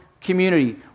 community